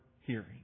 hearing